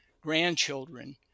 grandchildren